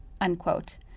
unquote